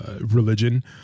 religion